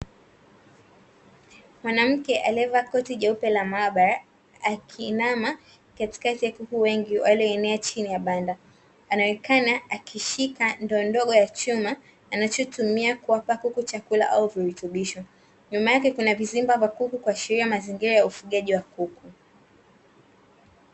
Mwanamke aliyevaa koti jeupe la maabara, akiinama katikati ya kuku wengi walioenea chini ya banda. Anaonekana akishika ndoo ndogo ya chuma, anachotumia kuwapa kuku chakula au virutubisho. Nyuma yake kuna vizimba vya kuku kuashiria mazingira ya ufugaji wa kuku.